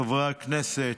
חברי הכנסת,